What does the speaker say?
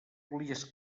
volies